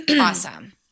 Awesome